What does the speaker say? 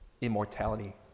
immortality